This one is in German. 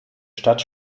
stadt